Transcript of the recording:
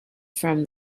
from